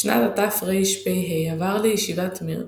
בשנת ה'תרפ"ה עבר לישיבת מיר,